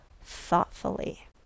thoughtfully